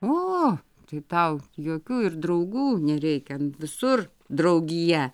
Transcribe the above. o tai tau jokių ir draugų nereikia visur draugija